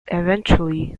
eventually